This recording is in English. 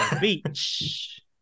beach